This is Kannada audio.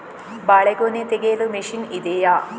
ಬಾಳೆಗೊನೆ ತೆಗೆಯಲು ಮಷೀನ್ ಇದೆಯಾ?